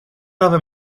avem